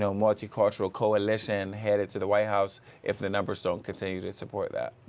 so multicultural coalition headed to the white house if the numbers don't continue to support that.